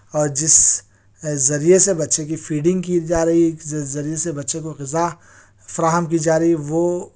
اور جس ذریعے سے بچے کی فیڈنگ کی جا رہی جس ذریعے سے بچے کو غذا فراہم کی جا رہی وہ